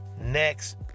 next